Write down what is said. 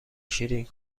شیرین